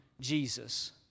Jesus